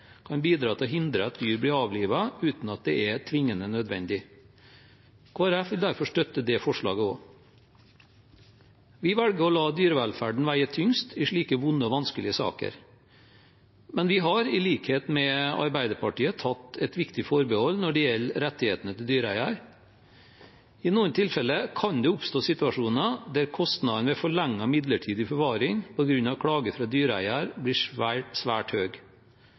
kan bidra til å hindre at dyr blir avlivet uten at det er tvingende nødvendig. Kristelig Folkeparti vil derfor støtte det forslaget også. Vi velger å la dyrevelferden veie tyngst i slike vonde og vanskelige saker, men vi har i likhet med Arbeiderpartiet tatt et viktig forbehold når det gjelder rettighetene til dyreeieren. I noen tilfeller kan det oppstå situasjoner der kostnadene ved forlenget midlertidig forvaring på grunn av klager fra dyreeieren blir svært